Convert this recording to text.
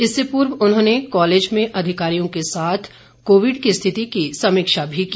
इससे पूर्व उन्होंने कॉलेज में अधिकारियों के साथ कोविड की स्थिति की समीक्षा भी की